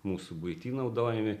mūsų buity naudojami